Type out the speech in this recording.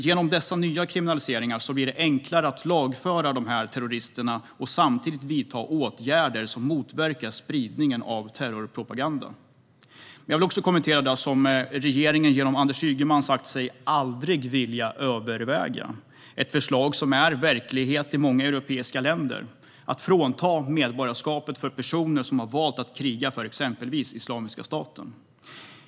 Genom dessa nya kriminaliseringar blir det enklare att lagföra dessa terrorister och samtidigt vidta åtgärder som motverkar spridning av terrorpropaganda. Jag vill också kommentera det som regeringen genom Anders Ygeman har sagt sig aldrig vilja överväga, ett förslag som är verklighet i många europeiska länder: att frånta medborgarskapet för personer som har valt att kriga för exempelvis Islamiska staten.